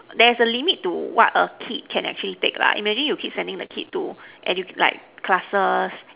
there is a limit to what a kid can actually take lah imagine you keep sending a kid to educ~ like classes